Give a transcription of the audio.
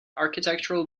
architectural